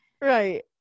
right